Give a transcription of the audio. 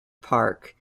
park